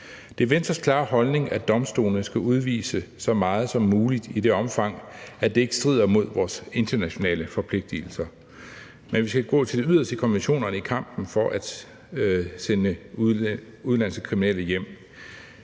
Det er Venstres klare holdning, at domstolene skal udvise så meget som muligt, i det omfang det ikke strider imod vores internationale forpligtelser. Men vi skal gå til det yderste af konventionerne i kampen for at sende udenlandske kriminelle hjem.